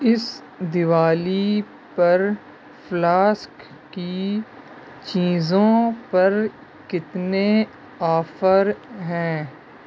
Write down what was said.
اس دوالی پر فلاسک کی چیزوں پر کتنے آفر ہیں